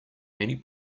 many